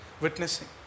witnessing